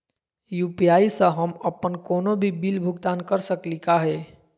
UPI स हम अप्पन कोनो भी बिल भुगतान कर सकली का हे?